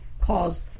caused